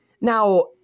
Now